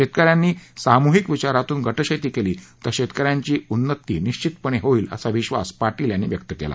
शेतकऱ्यांनी सामुहिक विचारातून गटशेती केली तर शेतकऱ्यांची उन्नती निश्चितपणे होईल असा विश्वास पाटील यांनी व्यक्त केला